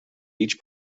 each